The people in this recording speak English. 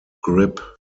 grip